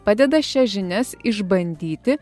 padeda šias žinias išbandyti